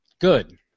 Good